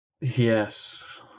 Yes